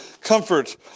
comfort